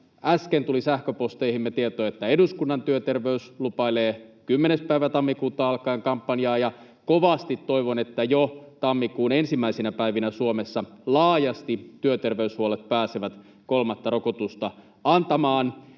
Äsken tuli sähköposteihimme tieto, että eduskunnan työterveys lupailee 10. päivä tammikuuta alkaen kampanjaa, ja kovasti toivon, että jo tammikuun ensimmäisinä päivinä Suomessa työterveyshuollot pääsevät laajasti kolmatta rokotusta antamaan.